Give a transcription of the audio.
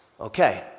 Okay